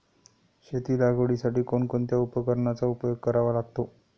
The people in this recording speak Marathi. शेती लागवडीसाठी कोणकोणत्या उपकरणांचा उपयोग करावा लागतो?